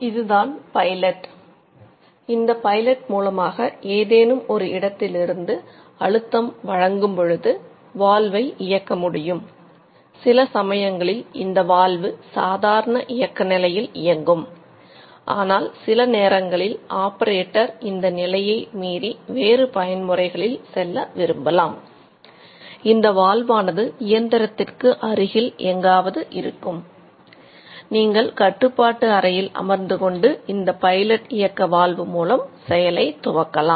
இதுதான் பைலட் மூலம் செயலை துவக்கலாம்